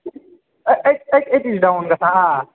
أتی أتی چھُ ڈاوُن گَژھان آ